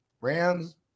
Rams